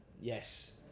yes